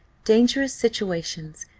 dangerous situations,